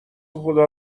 خدا